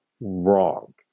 wrong